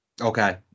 Okay